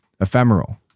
ephemeral